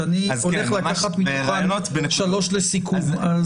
שאני מתכוון לקחת מתוכן שלוש לסיכום.